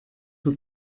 für